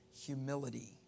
humility